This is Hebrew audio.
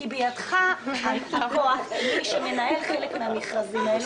כי בידך הכוח כמי שמנהל חלק מן המכרזים האלה.